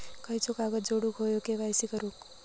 खयचो कागद जोडुक होयो के.वाय.सी करूक?